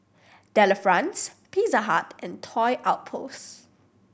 Delifrance Pizza Hut and Toy Outpost